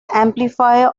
amplifier